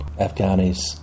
Afghanis